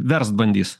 verst bandys